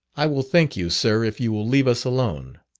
i will thank you, sir, if you will leave us alone.